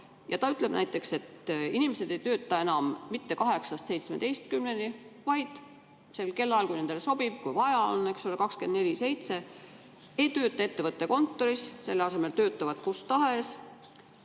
Ja Morgan ütleb näiteks, et inimesed ei tööta enam mitte 8–17, vaid sel kellaajal, kui nendele sobib, kui vaja on, eks ole, 24/7. Nad ei tööta ettevõtte kontoris, selle asemel töötavad kus tahes.